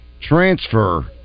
transfer